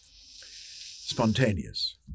spontaneous